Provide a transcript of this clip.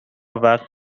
وقت